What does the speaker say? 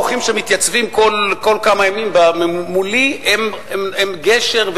האורחים שמתייצבים כל כמה ימים מולי הם גשר,